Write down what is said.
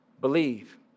believe